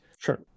Sure